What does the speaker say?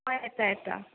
आं येता येता